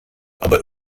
aber